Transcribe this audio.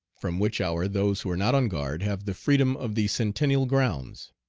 from which hour those who are not on guard have the freedom of the centennial grounds.